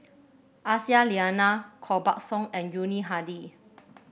Aisyah Lyana Koh Buck Song and Yuni Hadi